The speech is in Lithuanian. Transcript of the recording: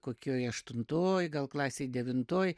kokioj aštuntoj gal klasėj devintoj